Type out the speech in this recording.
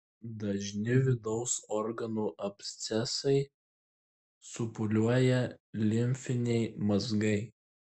dažni vidaus organų abscesai supūliuoja limfiniai mazgai